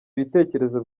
ibitekerezo